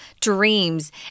dreams